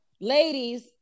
Ladies